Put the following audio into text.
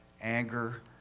anger